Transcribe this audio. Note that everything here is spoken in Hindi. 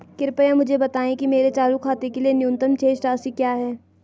कृपया मुझे बताएं कि मेरे चालू खाते के लिए न्यूनतम शेष राशि क्या है?